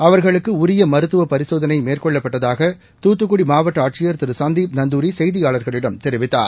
அவர்களுக்கு உரிய மருத்துவ பரிசோதனை மேற்கொள்ளப்பட்டதாக துத்துக்குடி மாவட்ட ஆட்சியர் திரு சந்தீப் நந்தூரி செய்தியாளர்களிடம் தெரிவித்தார்